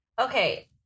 Okay